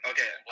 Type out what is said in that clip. Okay